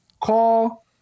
Call